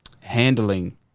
handling